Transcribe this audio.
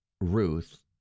Ruth